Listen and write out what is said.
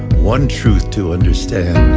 one truth to understand,